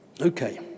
Okay